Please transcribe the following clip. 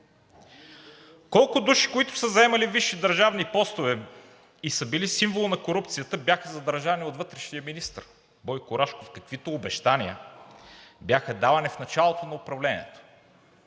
Колко души, които са заемали висши държавни постове и са били символ на корупцията, бяха задържани от вътрешния министър Бойко Рашков, каквито обещания бяха давани в началото на управлението?